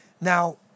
Now